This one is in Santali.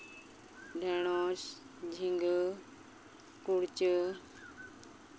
ᱰᱷᱮᱸᱲᱚᱥ ᱡᱷᱤᱜᱟᱹ